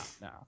no